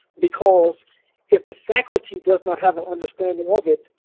because if the faculty does not have an understanding of it,